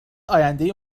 آیندهای